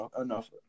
enough